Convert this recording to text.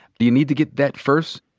do you need to get that first?